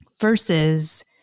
versus